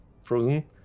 frozen